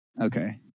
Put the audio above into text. Okay